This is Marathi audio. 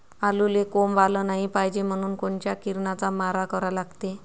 आलूले कोंब आलं नाई पायजे म्हनून कोनच्या किरनाचा मारा करा लागते?